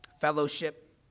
fellowship